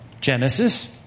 Genesis